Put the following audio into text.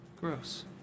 Gross